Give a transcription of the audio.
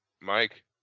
Mike